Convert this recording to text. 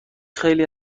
خیلی